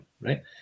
right